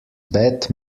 bett